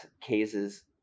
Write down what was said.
cases